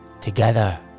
Together